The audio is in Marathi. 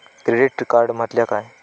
क्रेडिट कार्ड म्हटल्या काय?